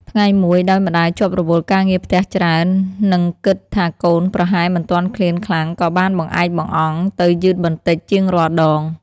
ថ្ងៃមួយ ដោយម្ដាយជាប់រវល់ការងារផ្ទះច្រើន និងគិតថាកូនប្រហែលមិនទាន់ឃ្លានខ្លាំង ក៏បានបង្អែបង្អង់ទៅយឺតបន្តិចជាងរាល់ដង។